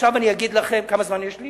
עכשיו אני אגיד לכם, יש לי